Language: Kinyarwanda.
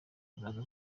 azaza